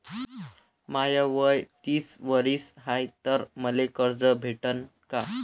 माय वय तीस वरीस हाय तर मले कर्ज भेटन का?